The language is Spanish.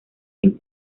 sin